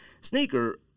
sneaker